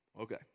Okay